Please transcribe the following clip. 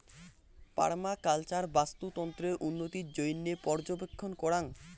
permaculture বাস্তুতন্ত্রের উন্নতির জইন্যে পর্যবেক্ষণ করাং